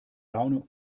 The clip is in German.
laune